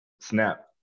snap